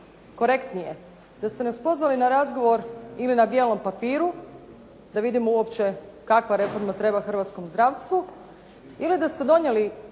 korektnije. Da ste nas pozvali na razgovor ili na bijelom papiru, da vidimo uopće kakva reforma treba hrvatskom zdravstvu ili da ste donijeli